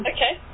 Okay